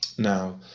now,